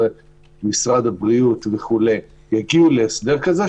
משרד הבריאות וכו' יגיעו להסדר כזה,